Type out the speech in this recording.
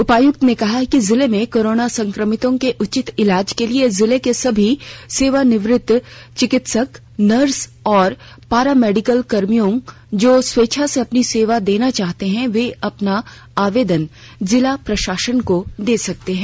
उपायुक्त ने कहा है कि जिले में कोरोना संक्रमितों के उचित ईलाज के लिए जिले के सभी सेवानिवृत चिकित्सक नर्स और पारा मेडिकल कर्मियों जो स्वेच्छा से अपनी सेवा देना चाहते हैं वे अपना आवेदन जिला प्रशासन को दे सकते हैं